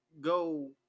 go